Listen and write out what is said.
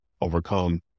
overcome